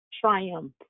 triumph